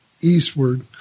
eastward